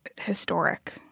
historic